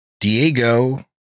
Diego